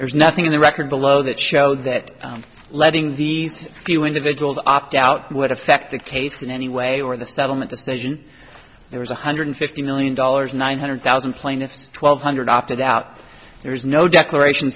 there's nothing in the record below that show that letting these few individuals opt out would affect the case in any way or the settlement decision there was one hundred fifty million dollars nine hundred thousand plaintiffs twelve hundred opted out there's no declaration